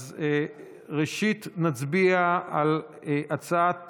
ראשית, נצביע על הצעת